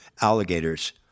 alligators